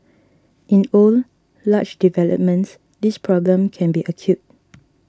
in old large developments this problem can be acute